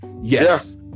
yes